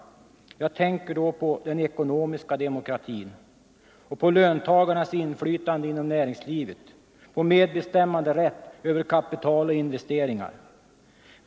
Jag tänker på den ekonomiska demokratin, löntagarnas inflytande inom näringslivet och medbestämmanderätt över kapital och investeringar.